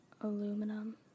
Aluminum